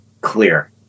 clear